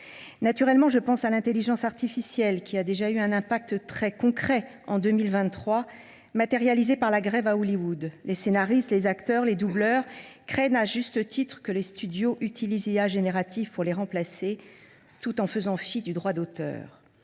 Naturellement, je pense à l’intelligence artificielle (IA), dont l’impact, très concret en 2023, s’est matérialisé dans la grève qui a touché Hollywood. Les scénaristes, les acteurs, les doubleurs craignent à juste titre que les studios n’utilisent l’IA générative pour les remplacer, tout en faisant fi du droit d’auteur.